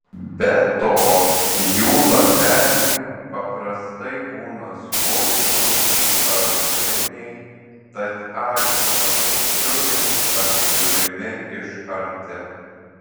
be to jų lapeliai paprastai būna smulkūs ažūriniai tad akį labiau džiugins apžiūrimi iš arti